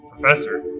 professor